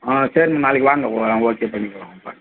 ஆ சரிம்மா நாளைக்கு வாங்க ஓகே பண்ணிக்கலாம்